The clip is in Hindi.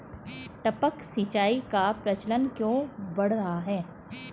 टपक सिंचाई का प्रचलन क्यों बढ़ रहा है?